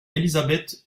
elizabeth